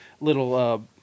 little